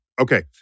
Okay